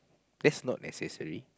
that's not necessary